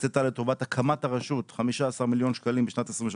הקצאת לטובת הקמת הרשות 15 מיליון שקלים בשנת 2023